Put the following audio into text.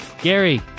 Gary